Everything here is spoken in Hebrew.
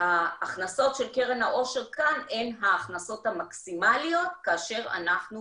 ההכנסות של קרן העושר כאן הן ההכנסות המקסימליות כאשר אנחנו